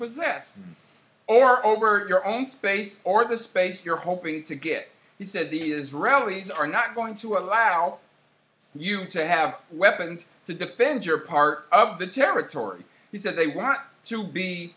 possess or over your own space or the space you're hoping to get you said the israelis are not going to allow you to have weapons to defend your part of the territory he said they want to be